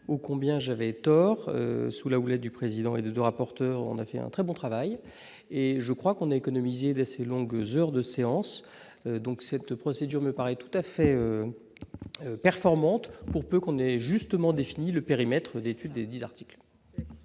oh combien j'avais tort, sous la houlette du président et de rapporteur : on a fait un très bon travail et je crois qu'on a économisé blessés longues heures de séance donc cette procédure me paraît tout à fait performante pour peu qu'on ait justement défini le périmètre d'étude des 10 articles.